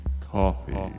Coffee